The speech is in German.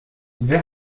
wer